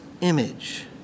image